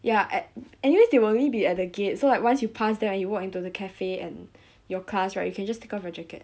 ya at anyways they will only be at the gate so like once you pass then you walk into the cafe and your class right you can just take off your jacket